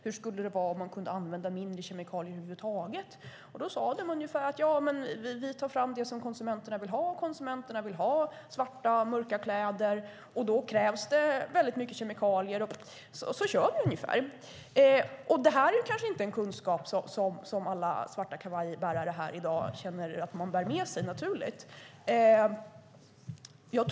Hur skulle det vara om man använde mindre kemikalier över huvud taget? De svarade att de tar fram det som konsumenterna vill ha. Konsumenterna vill ha svarta och mörka kläder. Då krävs det mycket kemikalier. Det kanske inte är en kunskap som alla svarta-kavaj-bärare här i dag bär med sig naturligt.